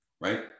right